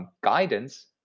guidance